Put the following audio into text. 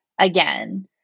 again